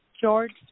George